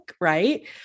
right